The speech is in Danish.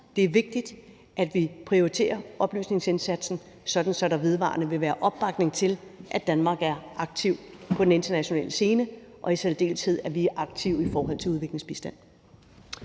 Det er vigtigt, at vi prioriterer oplysningsindsatsen, så der vedvarende vil være opbakning til, at Danmark er aktiv på den internationale scene, og at vi i særdeleshed er aktive, når det gælder udviklingsbistand.